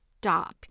stop